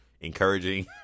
encouraging